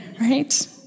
right